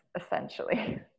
essentially